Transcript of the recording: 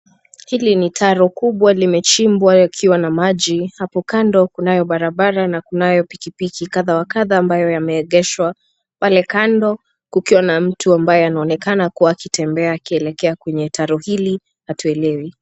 Hili ni taro kubwa limechimbwa likiwa na maji. Hapo kando kunayo barabara na kunayo pikipiki kadhaa wa kadhaa ambayo yameegeshwa. Pale kando kukiwa na mtu ambaye anaonekana kuwa akitembea akielekea kwenye taro hili , hatuelewi.